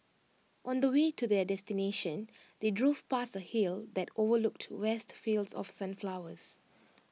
on the way to their destination they drove past A hill that overlooked vast fields of sunflowers